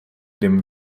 dem